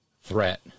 threat